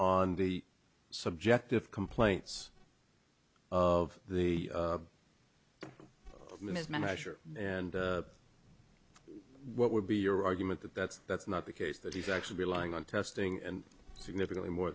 on the subject of complaints of the ms manager and what would be your argument that that's that's not the case that he's actually relying on testing and significantly more